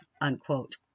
unquote